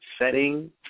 Setting